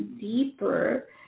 deeper